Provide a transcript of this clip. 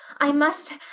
i must.